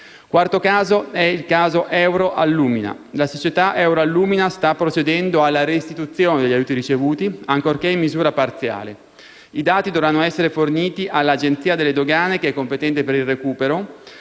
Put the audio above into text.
quarto caso riguarda Euroallumina. La società Eurallumina sta procedendo alla restituzione degli aiuti ricevuti, ancorché in misura parziale. I dati dovranno essere forniti dall'Agenzia delle dogane, competente al recupero.